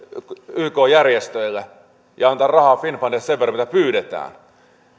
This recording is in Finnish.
ykn järjestöille ja antaa rahaa finnfundille sen verran mitä pyydetään